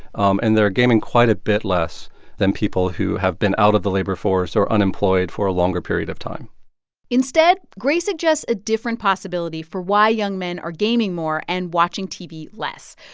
um and they're gaming quite a bit less than people who have been out of the labor force or unemployed for a longer period of time instead, gray suggests a different possibility for why young men are gaming more and watching tv less,